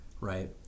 right